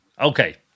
okay